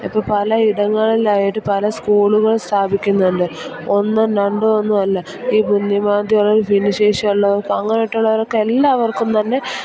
ഇപ്പോള് പലയിടങ്ങളിലായിട്ട് പല സ്കൂളുകൾ സ്ഥാപിക്കുന്നുണ്ട് ഒന്നും രണ്ടുമൊന്നുമല്ല ഈ ബുദ്ധിമാന്ദ്യമുള്ളവര് ഭിന്നശേഷിയുള്ളവർക്കും അങ്ങനെയായിട്ടുള്ളവരൊക്കെ എല്ലാവർക്കും തന്നെ